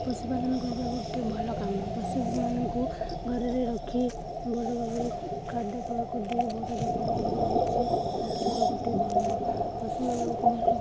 ପଶୁପାଳନ କରିବାକୁ ଗୋଟେ ଭଲ କାମ ପଶୁମାନଙ୍କୁ ଘରରେ ରଖି ଭଲ ଭାବରେ ଖାଦ୍ୟ ଖାଇବାକୁ ଦେଇ ବହୁତ ଯତ୍ନ କରିବା ହେଉଛି ମଣିଷର ଗୋଟେ ଧର୍ମ ପଶୁମାନଙ୍କୁ ଭଲ